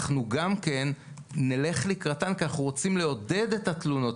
אנחנו גם כן נלך לקראתן כי אנחנו רוצים לעודד את התלונות,